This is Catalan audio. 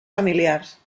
familiars